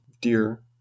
Dear